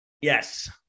Yes